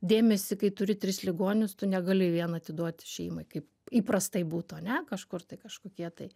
dėmesį kai turi tris ligonius tu negali vien atiduoti šeimai kaip įprastai būtų ane kažkur tai kažkokie tai